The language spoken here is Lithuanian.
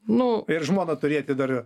nu ir žmoną turėti dar